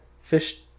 fish